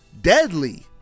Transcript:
deadly